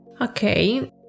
Okay